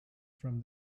from